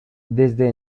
desde